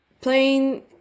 playing